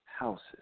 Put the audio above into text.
houses